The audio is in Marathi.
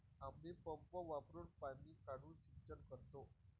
आम्ही पंप वापरुन पाणी काढून सिंचन करतो